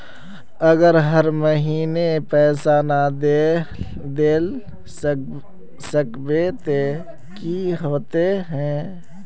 अगर हर महीने पैसा ना देल सकबे ते की होते है?